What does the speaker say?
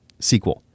SQL